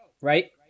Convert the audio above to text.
right